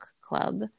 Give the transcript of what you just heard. club